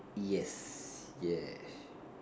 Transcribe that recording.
yes yes